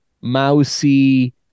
mousy